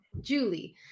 Julie